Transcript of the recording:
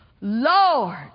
Lord